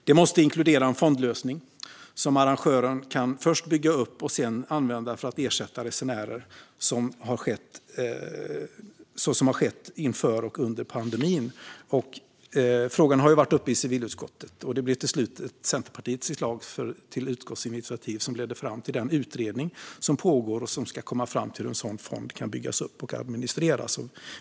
Det måste inkludera en fondlösning som arrangören kan först bygga upp och sedan använda för att ersätta resenärer så som har skett inför och under pandemin. Frågan har varit uppe i civilutskottet, och det blev till slut Centerpartiets förslag till utskottsinitiativ som ledde fram till den utredning som pågår och som ska komma fram till hur en sådan fond kan byggas upp och administreras.